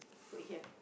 put here